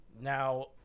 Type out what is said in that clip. now